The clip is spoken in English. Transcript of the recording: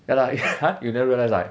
ya lah !huh! you never realise right